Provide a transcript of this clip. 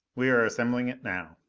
we are assembling it now.